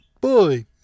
Boy